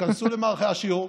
תיכנסו למערכי השיעור.